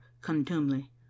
contumely